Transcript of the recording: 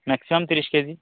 maximum তিরিশ KG